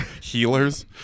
healers